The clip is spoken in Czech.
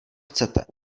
chcete